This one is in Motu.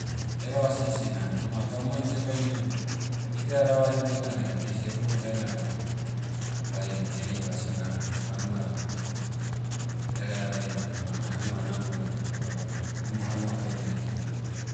Hereva sisina bema gavman seh baine, itaia davari neganai please heduru taina doh, bae heni vasi na, hanua, hereadaena evana hanua namona, o evana, unu hanua taudia ediai.